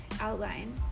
outline